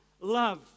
love